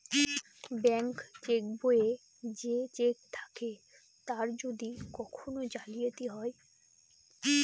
bank cheque বইয়ে যে cheque থাকে তার যদি কখন জালিয়াতি হয়